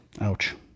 Ouch